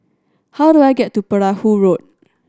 how do I get to Perahu Road